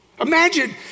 Imagine